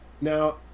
Now